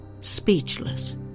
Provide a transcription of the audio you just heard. speechless